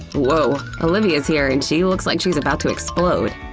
woah! olivia's here and she looks like she's about to explode!